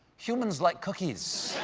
humans like cookies.